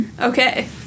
Okay